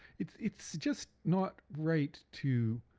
it's it's just not right to